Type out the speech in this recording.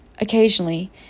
occasionally